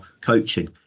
coaching